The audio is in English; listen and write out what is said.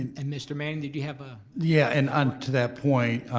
and and mr. manning did you have a? yeah and unto that point,